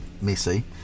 messy